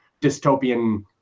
dystopian